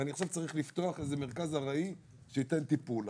ואני עכשיו צריך לפתוח מרכז ארעי שייתן טיפול.